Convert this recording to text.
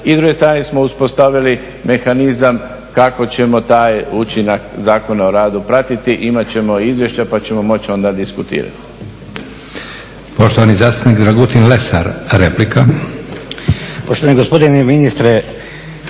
s druge strane smo uspostavili mehanizam kako ćemo taj učinak Zakona o radu pratiti. Imat ćemo i izvješća pa ćemo moći onda diskutirati.